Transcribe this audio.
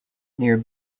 near